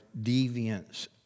deviance